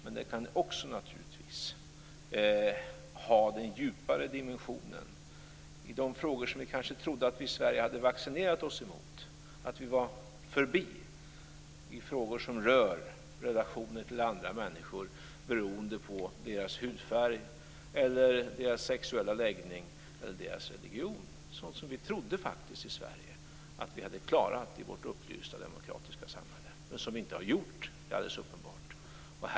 Men det kan naturligtvis också ha en djupare dimension i de frågor som vi kanske trodde att vi i Sverige hade vaccinerat oss emot och hade kommit förbi - frågor som rör relationer till andra människor beroende på deras hudfärg, sexuella läggning eller religion - dvs. sådant som vi i Sverige faktiskt trodde att vi hade klarat av i vårt upplysta demokratiska samhälle, men som det är alldeles uppenbart att vi inte har gjort.